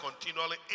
continually